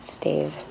Dave